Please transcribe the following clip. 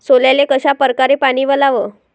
सोल्याले कशा परकारे पानी वलाव?